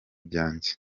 byanjye